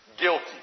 Guilty